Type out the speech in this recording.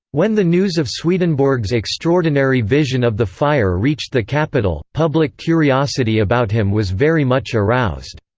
when the news of swedenborg's extraordinary vision of the fire reached the capital, public curiosity about him was very much aroused.